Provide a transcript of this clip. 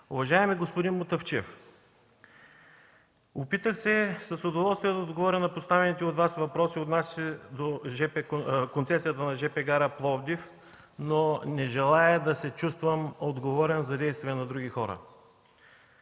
Уважаеми господин Мутафчиев, опитах се с удоволствие да отговоря на поставените от Вас въпроси, отнасящи се до концесията на жп гара Пловдив, но не желая да се чувствам отговорен за действия на други хора,